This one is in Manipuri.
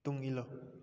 ꯇꯨꯡ ꯏꯜꯂꯨ